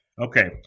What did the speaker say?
okay